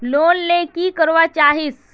Loan ले की करवा चाहीस?